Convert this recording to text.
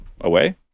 away